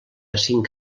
cinc